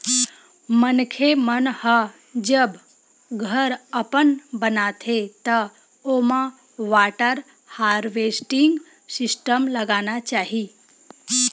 मनखे मन ह जब घर अपन बनाथे त ओमा वाटर हारवेस्टिंग सिस्टम लगाना चाही